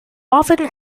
often